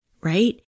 Right